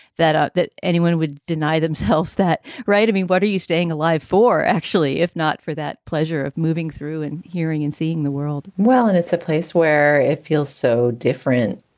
that ah that anyone would deny themselves that right to me. what are you staying alive for? actually, if not for that pleasure of moving through and hearing and seeing the world well, and it's a place where it feels so different.